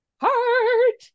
heart